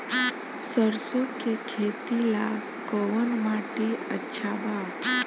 सरसों के खेती ला कवन माटी अच्छा बा?